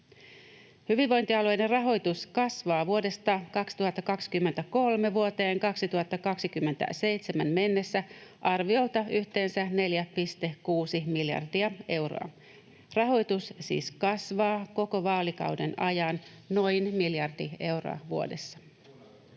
Hyvinvointialueiden rahoitus kasvaa vuodesta 2023 vuoteen 2027 mennessä arviolta yhteensä 4,6 miljardia euroa. Rahoitus siis kasvaa koko vaalikauden ajan noin miljardi euroa vuodessa.